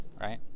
right